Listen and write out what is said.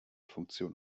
funktion